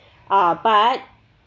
uh but